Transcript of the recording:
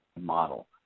model